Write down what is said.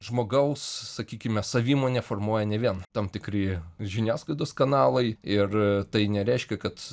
žmogaus sakykime savimonę formuoja ne vien tam tikri žiniasklaidos kanalai ir tai nereiškia kad